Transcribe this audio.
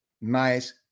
nice